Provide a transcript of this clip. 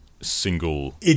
single